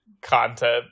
content